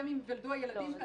גם אם ייוולדו הילדים כאן,